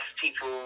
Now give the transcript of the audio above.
people